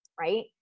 right